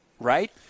Right